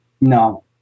no